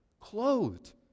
clothed